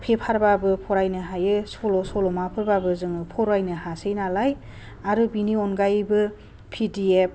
पेपारबाबो फरायनो हायो सल' सल'माफोरबाबो जोङो फरायनो हासै नालाय आरो बिनि अनगायैबो पिडिएफ